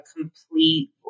complete